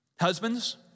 Husbands